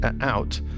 out